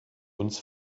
uns